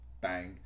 bang